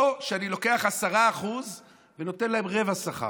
או שאני לוקח 10% ונותן להם רבע שכר,